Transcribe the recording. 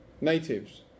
natives